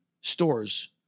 stores